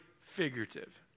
figurative